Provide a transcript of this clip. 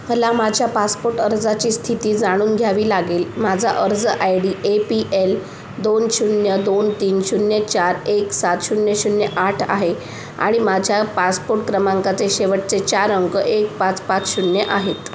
मला माझ्या पासपोट अर्जाची स्थिती जाणून घ्यावी लागेल माझा अर्ज I D A P L दोन शून्य दोन तीन शून्य चार एक सात शून्य शून्य आठ आहे आणि माझ्या पासपोट क्रमांकाचे शेवटचे चार अंक एक पाच पाच शून्य आहेत